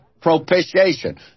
propitiation